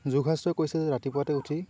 যোগশাস্ত্ৰই কৈছে যে ৰাতিপুৱাতে উঠি